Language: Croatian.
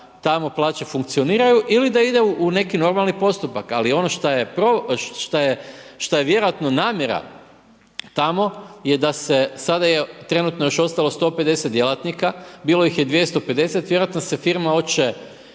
tamo plaće funkcioniraju ilii da idu u neki normalan postupak. Ali, ono što je vjerojatno namjena tamo je da se, trenutno još ostalo 150 djelatnika, bilo ih je 250, vjerojatno se firma hoće,